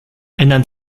ändern